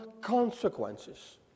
consequences